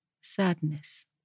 sadness